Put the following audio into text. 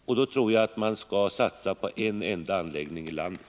Och då tror jag att man skall satsa på en enda anläggning i landet.